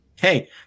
Hey